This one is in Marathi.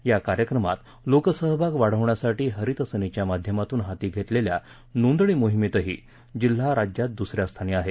या कार्यक्रमात लोकसहभाग वाढवण्यासाठी हरित सेनेच्या माध्यमातून हाती घेतलेल्या नोंदणी मोहिमेतही जिल्हा राज्यात दुसऱ्या स्थानी आहे